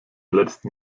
letzten